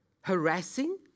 harassing